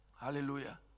Hallelujah